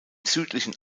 südlichen